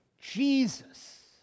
Jesus